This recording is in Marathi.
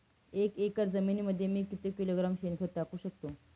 एक एकर जमिनीमध्ये मी किती किलोग्रॅम शेणखत टाकू शकतो?